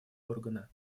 органа